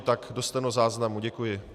Tak do stenozáznamu, děkuji.